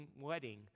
wedding